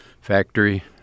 factory